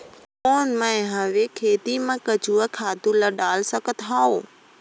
कौन मैं हवे खेती मा केचुआ खातु ला डाल सकत हवो?